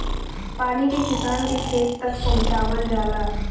पानी के किसान के खेत तक पहुंचवाल जाला